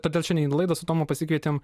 todėl šiandien laidą su tomu pasikvietėm